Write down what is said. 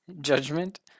judgment